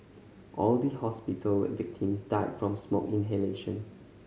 all the hospital victims died from smoke inhalation